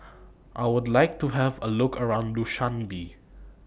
I Would like to Have A Look around Dushanbe